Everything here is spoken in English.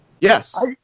Yes